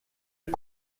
est